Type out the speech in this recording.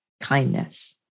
kindness